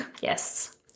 yes